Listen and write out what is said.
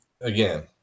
again